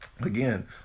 Again